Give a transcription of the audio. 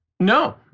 No